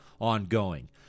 ongoing